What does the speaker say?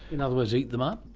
in other words, eat them up?